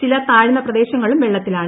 ചില താഴ്ന്ന പ്രദേശങ്ങളും വെള്ളത്തിലാണ്